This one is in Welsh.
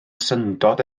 syndod